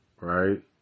right